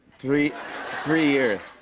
three three years.